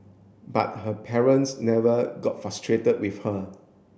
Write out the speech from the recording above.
but her parents never got frustrated with her